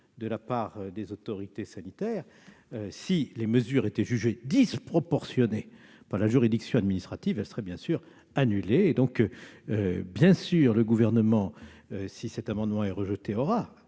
de la part des autorités sanitaires. Si des mesures prises étaient jugées disproportionnées par la juridiction administrative, elles seraient bien évidemment annulées. Bien sûr, le Gouvernement aura, si cet amendement est rejeté, un